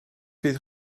bydd